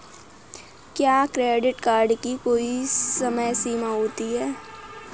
क्या credit card की कोई समय सीमा होती है?